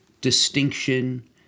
distinction